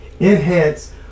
enhance